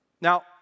Now